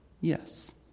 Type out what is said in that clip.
yes